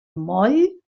moll